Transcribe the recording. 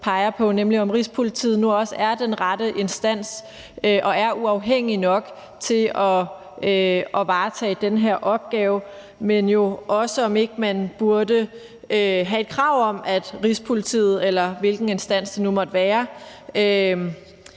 tale – nemlig om Rigspolitiet nu også er den rette instans og er uafhængig nok til at varetage den her opgave, men jo også, om ikke man burde have et krav om, at Rigspolitiet, eller hvilken instans det nu måtte være,